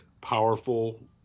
Powerful